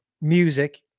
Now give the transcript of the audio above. music